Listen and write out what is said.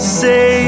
say